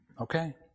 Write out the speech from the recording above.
Okay